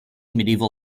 medieval